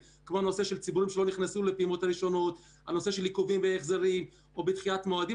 אנחנו מקדמים בברכה את המשנה למנהל רשות המיסים.